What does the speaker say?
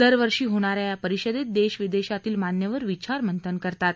दरवर्षी होणाऱ्या या परिषदेत देश विदेशातील मान्यवर विचारमंथन करतात